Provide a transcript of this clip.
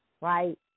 right